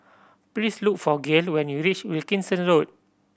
please look for Gayle when you reach Wilkinson Road